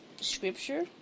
scripture